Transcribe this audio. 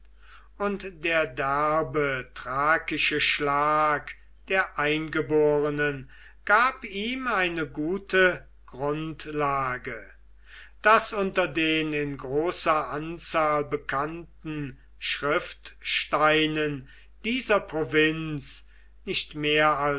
und der derbe thrakische schlag der eingeborenen gab ihm eine gute grundlage daß unter den in großer anzahl bekannten schriftsteinen dieser provinz nicht mehr